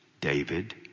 David